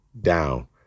down